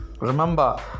Remember